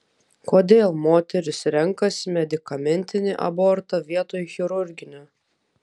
kodėl moterys renkasi medikamentinį abortą vietoj chirurginio